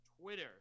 Twitter